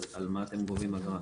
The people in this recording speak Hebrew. אז על מה אתם גובים אגרה?